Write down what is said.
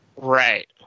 Right